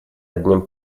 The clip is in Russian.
одним